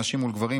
נשים מול גברים,